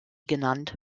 genannt